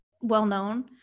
well-known